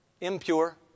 impure